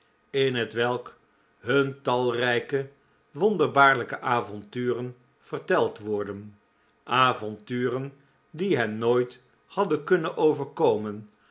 in hetwelk hun talrijke wonderbaarlijke avonturen verteld worden avonturen die hen nooit hadden kunnen overkomen